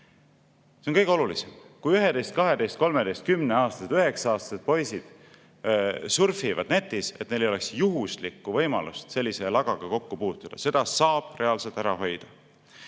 see on kõige olulisem. Kui 9-, 10-, 11-, 12-, 13-aastased poisid surfivad netis, et siis neil ei oleks juhuslikku võimalust sellise lagaga kokku puutuda – seda saab reaalselt ära hoida.